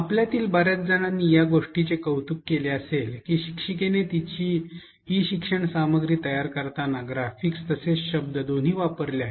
आपल्यातील बर्याच जणांनी या गोष्टीचे कौतुक केले असेल की शिक्षिकेने तिची ई शिक्षण सामग्री तयार करताना ग्राफिक्स तसेच शब्द दोन्ही वापरले आहेत